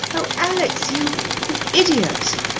oh, alex you you idiot!